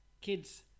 Kids